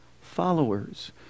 followers